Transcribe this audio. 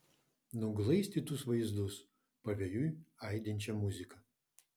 nuglaistytus vaizdus pavėjui aidinčią muziką